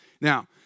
Now